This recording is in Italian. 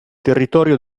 territorio